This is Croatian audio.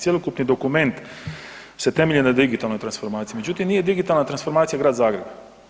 Cjelokupni dokument se temelji na digitalnoj transformaciji, međutim nije digitalna transformacija Grad Zagreb.